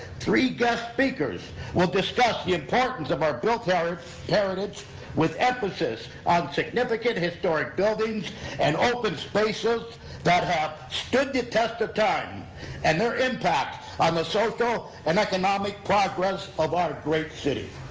three guest speakers will discuss the importance of our built heritage with emphasis on significant historic buildings and open spaces that have stood the test of time and their impact on the social and economic process of our great city.